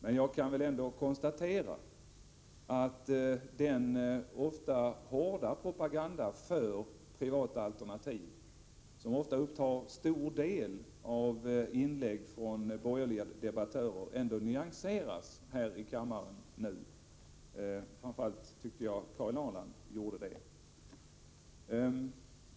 Men jag kan väl ändå konstatera att den inte sällan hårda propaganda för privata alternativ som ofta upptar stor del av inlägg från borgerliga debattörer ändå något nyanserats här i kammaren nu. Framför allt tycker jag att det var fallet i Karin Ahrlands inlägg.